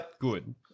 Good